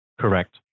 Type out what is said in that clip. Correct